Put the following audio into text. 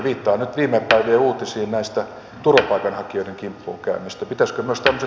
viittaan nyt viime päivien uutisiin turvapaikanhakijoiden kimppuun käymisestä